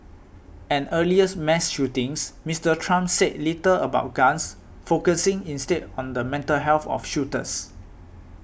an earlier mass shootings Mister Trump said little about guns focusing instead on the mental health of shooters